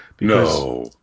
No